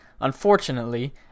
unfortunately